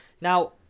Now